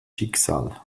schicksal